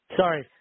sorry